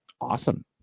Awesome